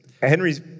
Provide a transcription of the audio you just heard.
Henry's